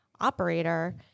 operator